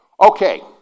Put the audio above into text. Okay